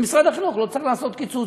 במשרד החינוך לא צריך לעשות קיצוץ,